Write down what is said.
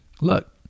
look